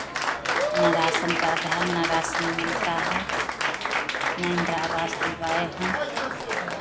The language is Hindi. ना राशन कार्ड है ना राशन मिलता है ना इन्दिरा आवास दिलवाए हैं